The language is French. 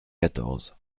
quatorze